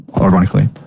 ironically